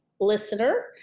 listener